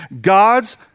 God's